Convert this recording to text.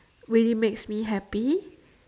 really makes me happy